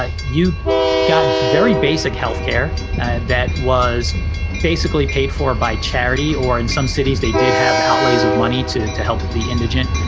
ah you got very basic health care that was basically paid for by charity or in some cities they did have outlays of money to to help the indigent,